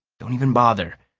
don't even bother.